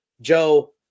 Joe